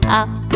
up